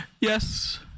yes